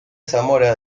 zamora